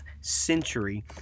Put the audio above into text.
century